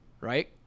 right